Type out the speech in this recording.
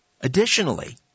Additionally